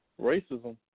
racism